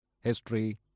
History